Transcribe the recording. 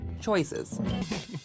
Choices